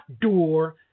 door